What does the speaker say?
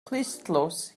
clustdlws